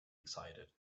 excited